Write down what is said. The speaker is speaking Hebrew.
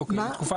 אוקיי.